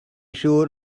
siŵr